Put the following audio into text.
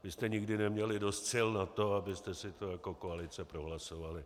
Vy jste nikdy neměli dost sil na to, abyste si to jako koalice prohlasovali.